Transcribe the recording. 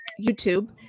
YouTube